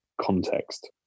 context